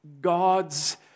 God's